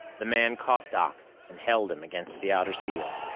the man caught doc and held him against the outer seal.